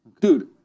Dude